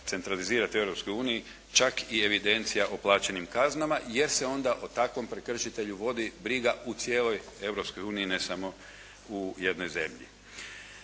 centralizirati u Europskoj uniji, čak i evidencija o plaćenim kaznama, jer se onda o takvom prekršitelju vodi briga u cijeloj Europskoj uniji, ne samo u jednoj zemlji.